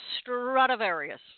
Stradivarius